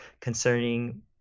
concerning